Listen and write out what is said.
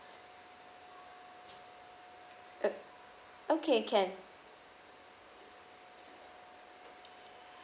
uh okay can